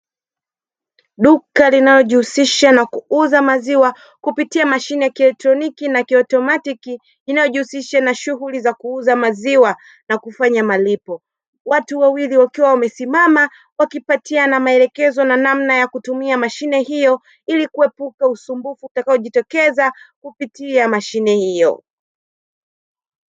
Duka linalojihusisha na kuuza maziwa kupitia mashine ya kieletroniki na kiautomatiki, inayojihusisha na shughuli za kuuza maziwa na kufanya malipo. Watu wawili wakiwa wamesimama wakipatiana maelekezo na namna ya kutumia mashine hiyo, ili kuepuka usumbufu utakaojitokeza kupitia mashine hiyo.